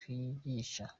kwigisha